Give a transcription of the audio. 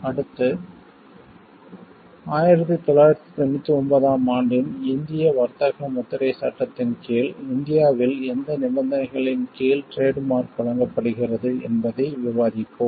அடுத்து 1999 ஆம் ஆண்டின் இந்திய வர்த்தக முத்திரைச் சட்டத்தின் கீழ் இந்தியாவில் எந்த நிபந்தனைகளின் கீழ் டிரேட் மார்க் வழங்கப்படுகிறது என்பதை விவாதிப்போம்